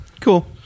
cool